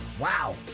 Wow